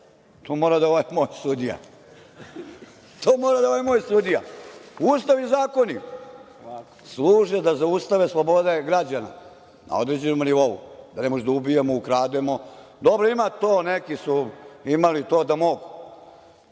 To mora da je ovaj moj sudija. Ustav i zakoni služe da zaustave slobode građana na određenom nivou, da ne možemo da ubijemo, ukrademo. Dobro, ima, neki su imali to da mogu.